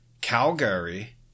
Calgary